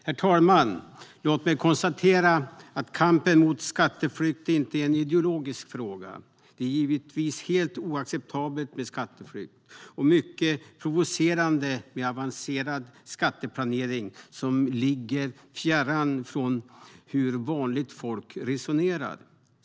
Herr talman! Låt mig konstatera att kampen mot skatteflykt inte är en ideologisk fråga. Det är givetvis helt oacceptabelt med skatteflykt och mycket provocerande med avancerad skatteplanering som ligger fjärran från hur vanligt folk resonerar.